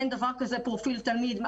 אין דבר כזה פרופיל תלמיד.